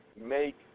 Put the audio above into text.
make